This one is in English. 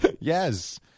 Yes